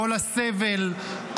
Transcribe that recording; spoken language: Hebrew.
כל הסבל,